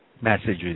messages